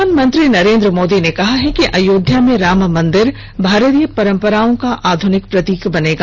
प्रधानमंत्री नरेंद्र मोदी ने कहा है कि अयोध्या में राम मंदिर भारतीय परम्पराओं का आधुनिक प्रतीक बनेगा